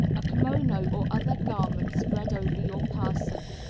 a kimono or other garment spread over your person.